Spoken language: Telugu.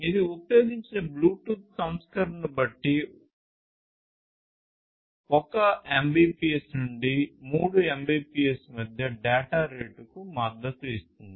ఇది ఉపయోగించిన బ్లూటూత్ సంస్కరణను బట్టి 1 Mbps నుండి 3 Mbps మధ్య డేటా రేటుకు మద్దతు ఇస్తుంది